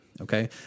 Okay